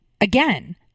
again